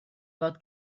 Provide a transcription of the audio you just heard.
fod